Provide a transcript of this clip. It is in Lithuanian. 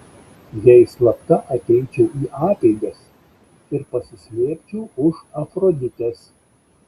jei slapta ateičiau į apeigas ir pasislėpčiau už afroditės